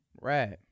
Right